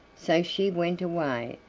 so she went away,